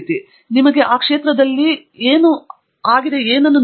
professor Andrew Thangaraja ಹೌದು